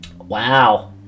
Wow